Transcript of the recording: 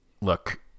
Look